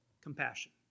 compassion